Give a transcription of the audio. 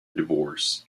divorce